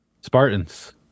Spartans